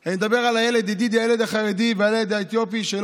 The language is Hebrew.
אני מדבר על הילד החרדי והילד האתיופי,